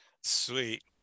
Sweet